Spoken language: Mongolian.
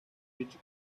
гэж